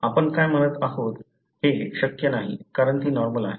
आपण काय म्हणत आहोत हे शक्य नाही कारण ती नॉर्मल आहे